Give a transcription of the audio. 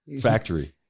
factory